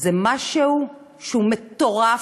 זה משהו שהוא מטורף,